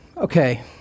Okay